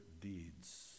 deeds